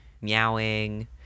meowing